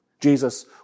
Jesus